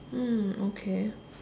mm okay